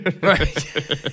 Right